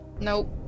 Nope